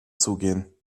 zugehen